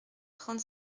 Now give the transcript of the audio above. trente